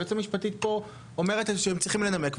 היועצת המשפטית אומרת פה שהם צריכים לנמק,